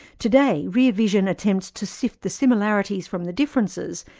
today, rear vision attempts to sift the similarities from the differences,